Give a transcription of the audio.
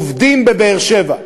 עובדים בבאר-שבע.